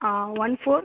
ah one four